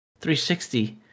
360